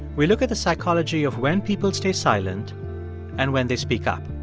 we look at the psychology of when people stay silent and when they speak up.